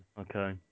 Okay